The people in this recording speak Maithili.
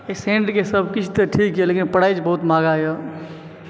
पेसेन्टके सभ किछु तऽ ठीकए लेकिन प्राइस बहुत महग यऽ